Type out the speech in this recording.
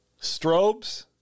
Strobes